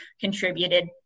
contributed